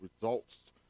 results